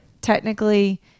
technically